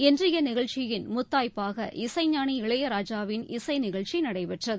இன்றைய நிகழ்ச்சியின் முத்தாய்ப்பாக இசைஞானி இளையராஜாவின் இசை நிகழ்ச்சி நடைபெற்றது